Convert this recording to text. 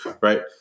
right